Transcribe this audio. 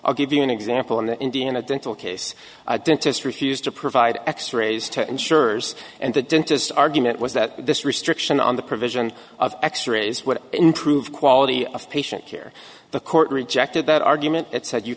i'll give you an example in the indiana dental case a dentist refused to provide x rays to insurers and the dentist argument was that this restriction on the provision of x rays would improve quality of patient care the court rejected that argument that said you